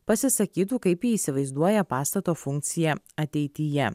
pasisakytų kaip jį įsivaizduoja pastato funkciją ateityje